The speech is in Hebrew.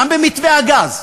גם במתווה הגז,